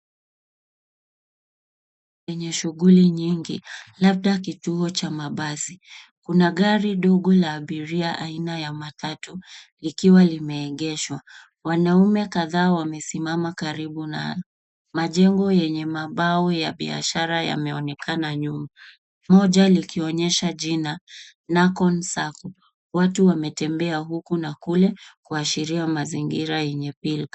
Kwenye shughuli nyingi, labda kituo cha basi. Kuna gari dogo la abiria aina ya matatu likiwa limeegeshwa. Wanaume kadhaa wamesimama karibu nalo. Majengo yenye mabao ya biashara yameonekana nyuma moja likionyesha jina nakon sacco . Watu wametembea huku na kule kuashiria mazingira yenye pilka.